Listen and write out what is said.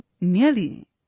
nearly